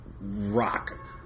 rock